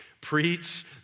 Preach